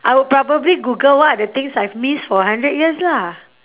I would probably google what are the things I've missed for a hundred years lah